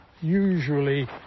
usually